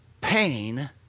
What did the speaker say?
pain